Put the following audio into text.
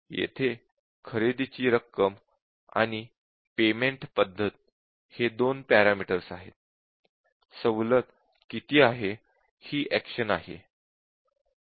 येथे खरेदीची रक्कम आणि पेमेंट पद्धत हे दोन पॅरामीटर्स आहेत सवलत किती आहे हि एक्शन आहे